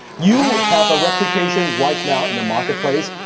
you have a reputation right now in the marketplace.